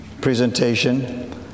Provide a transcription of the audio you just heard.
presentation